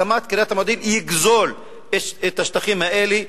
הקמת קריית המודיעין תגזול את השטחים האלה,